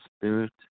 spirit